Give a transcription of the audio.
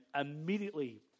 immediately